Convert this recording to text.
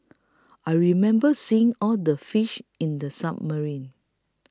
I remember seeing all the fish in the submarine